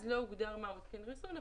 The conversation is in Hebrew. אז לא הוגדר מה זה התקן ריסון,